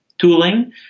Tooling